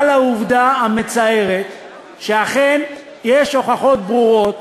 העובדה המצערת שאכן יש הוכחות ברורות